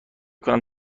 کنم